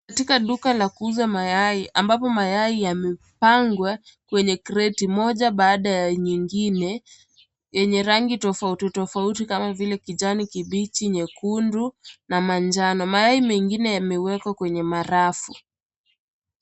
Katika duka la kuuza mayai, ambapo mayai yamepangwa kwenye kreti moja baada ya nyingine, yenye rangi tofauti tofauti kama vile, kijani kibichi, nyekundu na manjano. Mayai mengine yamewekwa kwenye marafu.